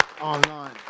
online